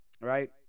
Right